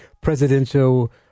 presidential